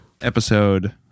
Episode